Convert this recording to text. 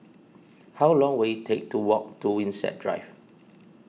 how long will it take to walk to Winstedt Drive